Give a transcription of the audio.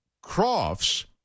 Crofts